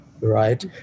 right